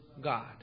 God